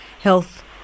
health